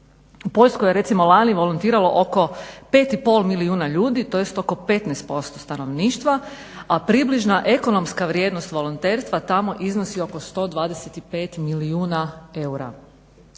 U Poljskoj je recimo lani volontiralo oko 5,5 milijuna ljudi tj. oko 15% stanovništva, a približna ekonomska vrijednost volonterstva tamo iznosi oko 125 milijuna eura.